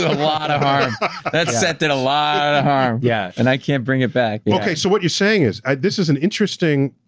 a lot of harm. that set did a lot of harm, yeah and i can't bring it back. okay, so what you're saying is, this is an interesting,